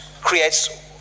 creates